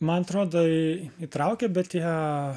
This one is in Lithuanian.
man atrodai į įtraukia bet tie